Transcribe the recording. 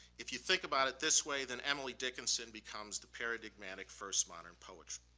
if you think about it this way then emily dickinson becomes the paradigmatic first modern poet.